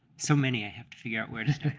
so many, i have to figure out where to start.